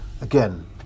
Again